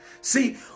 See